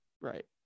right